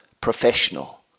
professional